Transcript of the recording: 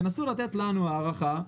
תנסו לתת לנו הערכה.